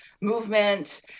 movement